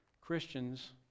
Christians